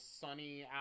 sunny